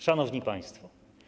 Szanowni Państwo!